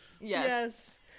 Yes